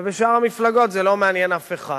ובשאר המפלגות זה לא מעניין אף אחד.